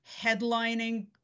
headlining